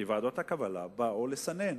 כי ועדות הקבלה באו לסנן,